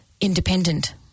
independent